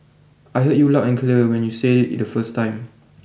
the Malaysian is the first the member of a group to admit his involvement in a gang robbery